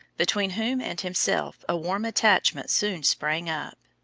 between whom and himself a warm attachment soon sprang up.